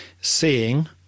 seeing